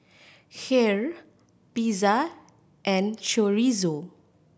Kheer Pizza and Chorizo